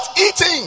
eating